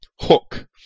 Hook